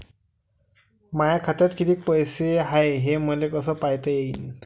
माया खात्यात कितीक पैसे हाय, हे मले कस पायता येईन?